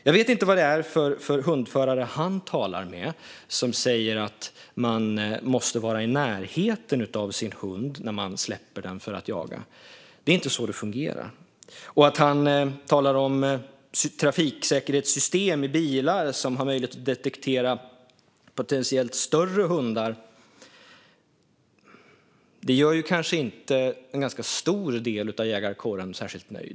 Jag vet inte vad det är för hundförare statsrådet talar med som säger att man måste vara i närheten av sin hund när man släpper den för att jaga. Det är inte så det fungerar. Statsrådet talar om trafiksäkerhetssystem i bilar som har möjlighet att detektera potentiellt större hundar. Detta gör nog inte en ganska stor del av jägarkåren särskilt nöjd.